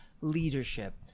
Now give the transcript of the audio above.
leadership